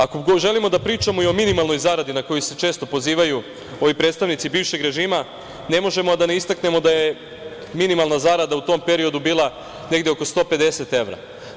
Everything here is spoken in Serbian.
Ako želimo da pričamo i o minimalnoj zaradi na koju se često pozivaju ovi predstavnici bivšeg režima, ne možemo a da ne istaknemo da je minimalna zarada u tom periodu bila negde oko 150 evra.